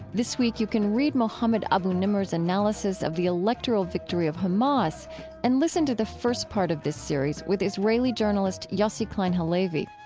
this week you can read mohammed abu-nimer's analysis of the electoral victory of hamas and listen to the first part of this series with israeli journalist yossi klein halevi.